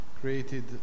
created